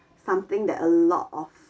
something that a lot of